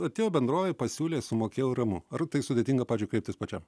atėjo bendrovė pasiūlė sumokėjau ramu ar tai sudėtinga pavyzdžiui kreiptis pačiam